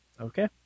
Okay